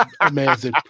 Amazing